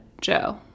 Joe